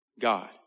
God